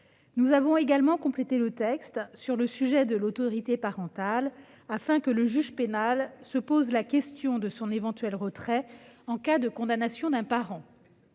Nous avons également complété le texte sur le sujet de l'autorité parentale afin que le juge pénal se pose la question, en cas de condamnation d'un parent,